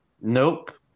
Nope